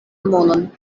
monon